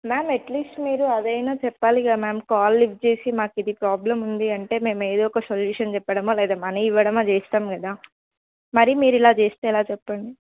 ma'am at least మీరు అది అయినా చెప్పాలి కదా మ్యామ్ కాల్ లిఫ్ట్ చేసి మాకు ఇది ప్రాబ్లమ్ ఉంది అంటే మేము ఏదో ఒక సొల్యూషన్ చెప్పడమో లేదా మనీ ఇవ్వడమో చేస్తాం కదా మరి మీరు ఇలా చేస్తే ఎలా చెప్పండి